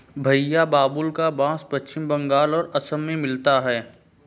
भईया बाबुल्का बास पश्चिम बंगाल और असम में मिलता है